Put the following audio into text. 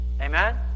Amen